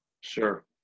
Sure